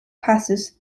passes